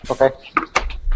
Okay